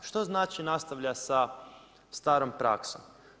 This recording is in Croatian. Što znači nastavlja sa starom praksom?